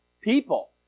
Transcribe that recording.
people